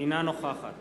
אינה נוכחת